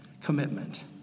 commitment